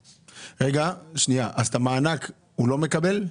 רגע, שנייה, אז את המענק הוא לא מקבל?